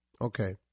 Okay